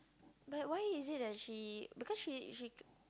but why is it that she because she she